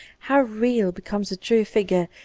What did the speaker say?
how real becomes a true figure,